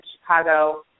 Chicago